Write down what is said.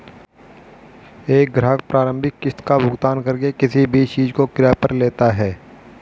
एक ग्राहक प्रारंभिक किस्त का भुगतान करके किसी भी चीज़ को किराये पर लेता है